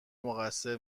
مقصر